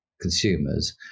consumers